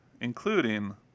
including